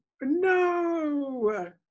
No